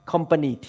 company